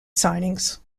signings